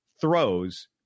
throws